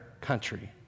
country